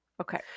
Okay